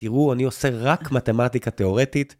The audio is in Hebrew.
תראו, אני עושה רק מתמטיקה תיאורטית.